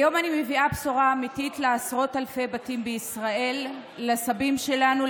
היום אני מביאה בשורה אמיתית לעשרות אלפי בתים בישראל: לסבים שלנו,